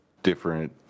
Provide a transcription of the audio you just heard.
Different